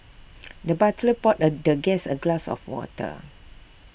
the butler poured the guest A glass of water